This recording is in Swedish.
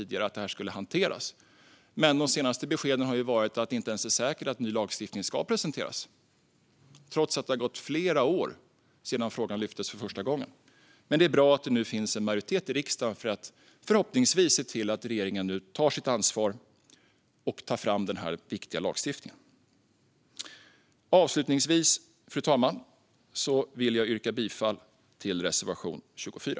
Detta skulle hanteras. Men de senaste beskeden har varit att det inte ens är säkert att ny lagstiftning ska presenteras, trots att det har gått flera år sedan frågan lyftes för första gången. Men det är bra att det nu finns en majoritet i riksdagen så att vi förhoppningsvis kan se till att regeringen tar sitt ansvar och tar fram den viktiga lagstiftningen. Avslutningsvis, fru talman, vill jag yrka bifall till reservation 24.